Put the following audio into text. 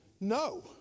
No